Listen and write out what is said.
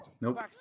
nope